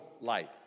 light